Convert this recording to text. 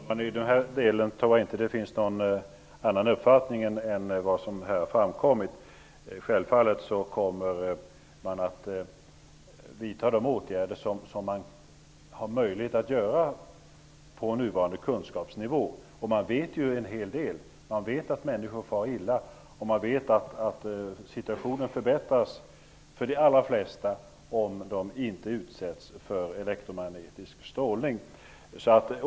Herr talman! I den här delen tror jag inte att det finns någon annan uppfattning än vad som här har framkommit. Självfallet kommer man att vidta de åtgärder som man har möjligheter att vidta med nuvarande kunskapsnivå. Man vet ju en hel del. Man vet att människor far illa, och man vet att situationen förbättras för de allra flesta om de inte utsätts för elektromagnetisk strålning.